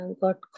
got